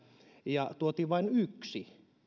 ja tuotiin vain yksi